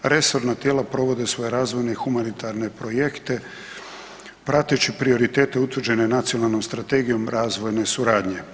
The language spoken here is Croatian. Resorna tijela provode svoje razvojne i humanitarne projekte prateći prioritete utvrđene Nacionalnom strategijom razvojne suradnje.